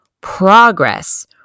Progress